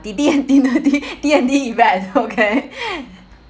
D D and dinner D D_N_D event okay